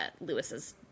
Lewis's